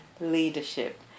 leadership